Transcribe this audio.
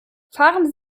fahren